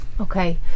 Okay